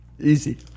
Easy